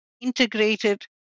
integrated